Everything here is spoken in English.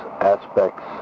aspects